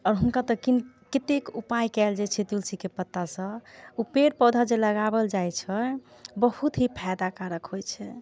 आओर हुनका तऽ कतेक उपाय कयल जाइ छै तुलसी के पत्ता सँ ओ पेड़ पौधा जे लगाओल जाइ छै बहुत ही फैदा कारक होइ छै